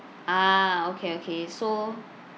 ah okay okay so